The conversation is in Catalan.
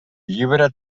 llibre